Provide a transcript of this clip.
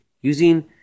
using